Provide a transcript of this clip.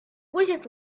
wishes